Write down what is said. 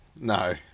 No